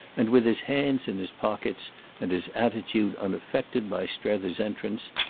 and, with his hands in his pockets and his attitude unaffected by strether's entrance,